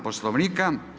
Poslovnika.